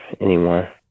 anymore